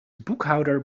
boekhouder